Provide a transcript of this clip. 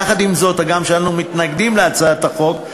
יחד עם זאת, הגם שאנו מתנגדים להצעת החוק,